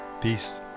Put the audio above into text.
Peace